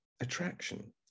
attraction